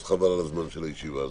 חבל על הזמן של הישיבה הזאת.